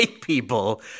people